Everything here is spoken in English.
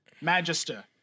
magister